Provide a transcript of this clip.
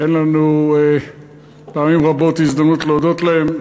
ואין לנו פעמים רבות הזדמנות להודות להם.